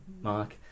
mark